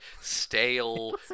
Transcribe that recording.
stale